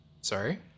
Sorry